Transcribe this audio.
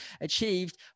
achieved